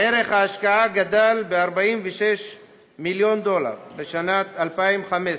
ערך ההשקעה גדל ל-46 מיליון דולר בשנת 2015,